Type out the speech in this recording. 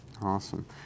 Awesome